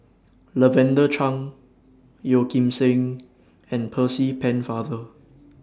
Lavender Chang Yeo Kim Seng and Percy Pennefather